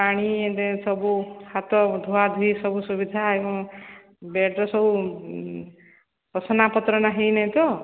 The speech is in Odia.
ପାଣି ଏବେ ସବୁ ହାତ ଧୁଆ ଧୁଇ ସବୁ ସୁବିଧା ଏବଂ ବେଡ଼୍ର ସବୁ ଅସନାପତ୍ର ନାହିଁ ଏଇନେ ତ